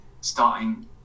starting